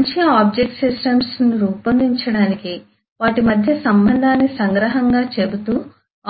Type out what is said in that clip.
మంచి object based సిస్టమ్స్ను రూపొందించడానికి వాటి మధ్య సంబంధాన్ని సంగ్రహంగా చెబుతూ